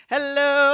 Hello